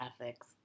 ethics